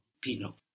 Pino